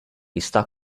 está